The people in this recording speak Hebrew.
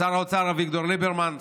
שר האוצר אביגדור ליברמן,